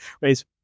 raise